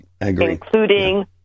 including